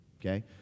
Okay